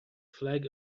flag